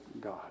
God